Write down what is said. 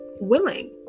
willing